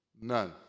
None